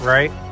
Right